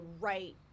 right